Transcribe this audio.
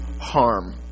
harm